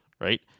right